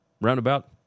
roundabout